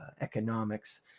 economics